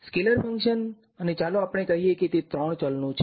scalar function અને ચાલો આપણે કહીએ કે તે ત્રણ ચલનો છે